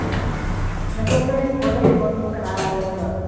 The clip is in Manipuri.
ꯅꯇꯣꯝꯗꯔꯣ ꯍꯤꯡꯒꯣꯜ ꯂꯩꯔꯤꯕꯣ ꯀꯅꯥ ꯀꯅꯥ ꯂꯩꯅꯣ